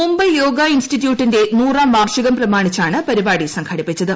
മുംബൈ യോഗ ഇൻസ്റ്റി റ്റ്യൂട്ടിന്റെ നൂറാം വാർഷികം പ്രമാണിച്ചാണ് പരിപാടി സംഘടിപ്പി ച്ചത്